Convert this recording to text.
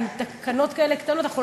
מין תקנות קטנות כאלה,